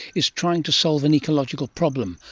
is trying to solve an ecological problem,